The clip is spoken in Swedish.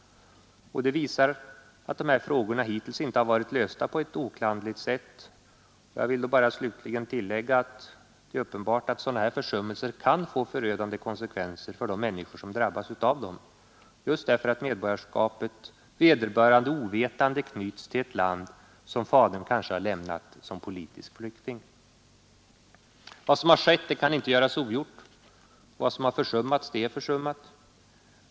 Detta visar att dessa frågor hittills inte varit lösta på ett oklanderligt sätt. Jag vill bara slutligen tillägga att det är uppenbart att sådana här försummelser kan få förödande konsekvenser för de människor som drabbas av dem, just därför att medborgarskapet, vederbörande ovetande, knyts till ett land som fadern lämnat kanske som politisk flykting. Vad som skett kan inte göras ogjort, vad som har försummats är försummat.